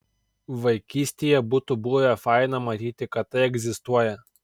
vaikystėje būtų buvę faina matyti kad tai egzistuoja